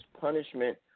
punishment